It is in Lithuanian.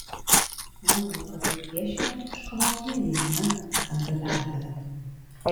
manau kad dzūkija šiemet iškovos ne vieną skambią pergalę